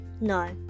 no